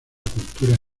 cultura